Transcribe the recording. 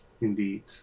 Indeed